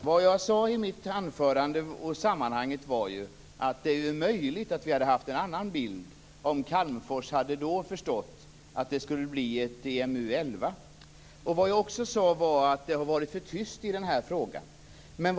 Herr talman! Det jag sade i mitt anförande var att det är möjligt att vi hade haft en annan bild om Calmfors då hade förstått att det skulle bli ett EMU 11. Jag sade också att det har varit för tyst i den här frågan.